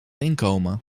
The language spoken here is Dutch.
inkomen